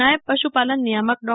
નાયબ પશુપાલન નિયામક ડો